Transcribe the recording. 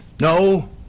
no